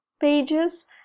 pages